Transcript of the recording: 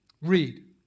Read